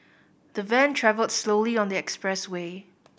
the van travelled slowly on the expressway